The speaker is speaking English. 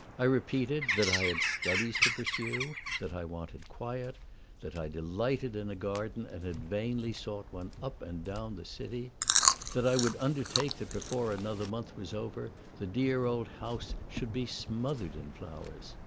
i repeated that i had studies to pursue that i wanted quiet that i delighted in a garden and had vainly sought one up and down the city that i would undertake that before another month was over the dear old house should be smothered in flowers.